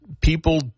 People